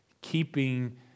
keeping